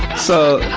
so,